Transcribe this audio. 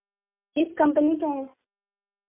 किस कम्पनी का है